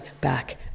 back